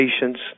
patients